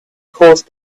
caused